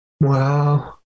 Wow